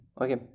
okay